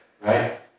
right